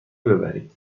ببرید